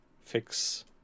fix